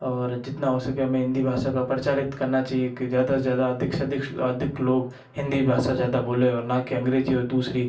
और जितना हो सके हमें हिंदी भाषा का प्रचलित करना चाहिए कि ज़्यादा से ज़्यादा अधिक से अधिक अधिक लोग हिंदी भाषा ज़्यादा बोलें और न के अंग्रेजी और दूसरी